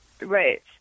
Right